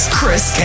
Chris